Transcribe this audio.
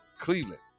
cleveland